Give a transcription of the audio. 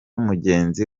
mugenzi